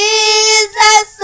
Jesus